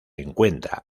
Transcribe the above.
encuentra